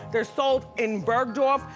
they're sold in bergdorf,